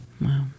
Wow